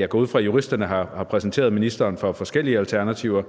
Jeg går ud fra, at juristerne har præsenteret ministeren for forskellige alternativer.